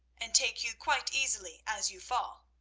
and take you quite easily as you fall.